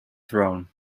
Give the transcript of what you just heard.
throne